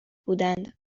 بودند